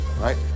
right